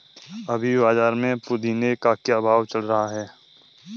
अभी बाज़ार में पुदीने का क्या भाव चल रहा है